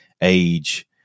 age